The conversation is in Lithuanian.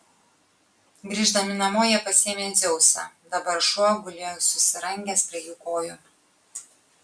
grįždami namo jie pasiėmė dzeusą dabar šuo gulėjo susirangęs prie jų kojų